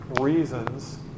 reasons